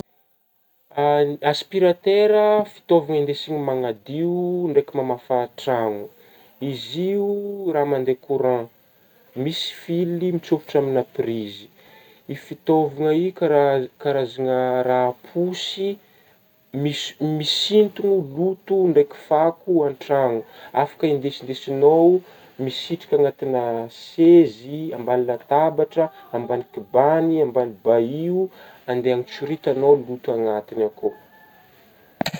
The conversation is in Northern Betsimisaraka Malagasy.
Aspiratera fitaovagna indesigna magnadio ndraiky mamafa trano izy io raha mandeha courant misy fily mitsofotra aminah prizy, io fitaovagna io kara-karazagna raha posy mis-misintogno loto ndraiky fako an-trano, afaka indesindesignao misitrika anatignà sezy ambany latabatra ambany kibagny ambany baio andeha antsoritagnao loto anatgny akao.